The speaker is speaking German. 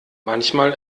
manchmal